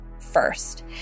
first